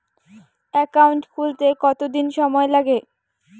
Account খুলতে কতদিন সময় লাগে?